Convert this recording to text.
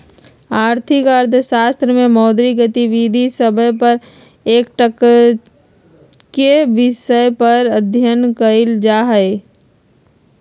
आर्थिक अर्थशास्त्र में मौद्रिक गतिविधि सभ पर एकटक्केँ विषय पर अध्ययन कएल जाइ छइ